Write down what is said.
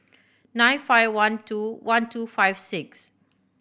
nine five one two one two five six